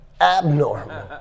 Abnormal